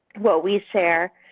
what we share.